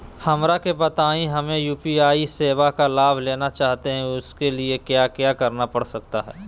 हमरा के बताइए हमें यू.पी.आई सेवा का लाभ लेना चाहते हैं उसके लिए क्या क्या करना पड़ सकता है?